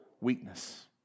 weakness